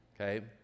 Okay